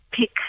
pick